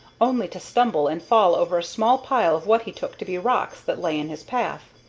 only to stumble and fall over a small pile of what he took to be rocks that lay in his path.